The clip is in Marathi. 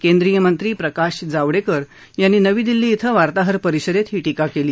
केंद्रीय मंत्री प्रकाश जावडेकर यांनी नवी दिल्ली क्विं वार्ताहर परिषदेत ही टीका केली